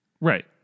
right